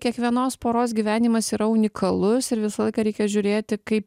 kiekvienos poros gyvenimas yra unikalus ir visą laiką reikia žiūrėti kaip